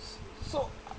s~ so I~